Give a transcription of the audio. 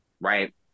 right